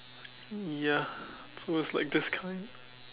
ya so it's like this kind